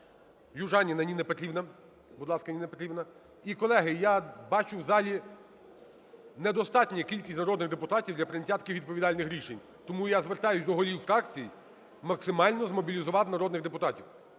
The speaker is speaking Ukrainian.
ласка, Ніна Петрівна. І, колеги, я бачу, в залі недостатня кількість народних депутатів для прийняття таких відповідальних рішень. Тому я звертаюсь до голів фракцій максимально змобілізувати народних депутатів.